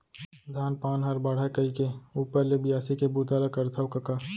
धान पान हर बाढ़य कइके ऊपर ले बियासी के बूता ल करथव कका